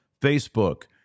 Facebook